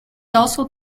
also